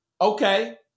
Okay